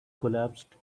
collapsed